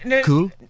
cool